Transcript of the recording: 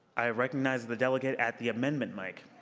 i recognize the delegate at the amendment mic.